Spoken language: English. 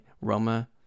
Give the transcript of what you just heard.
Roma